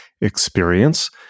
experience